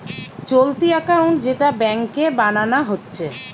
চলতি একাউন্ট যেটা ব্যাংকে বানানা হচ্ছে